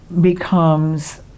becomes